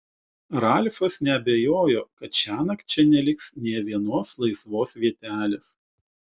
ralfas neabejojo kad šiąnakt čia neliks nė vienos laisvos vietelės